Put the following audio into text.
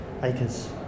acres